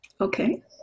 Okay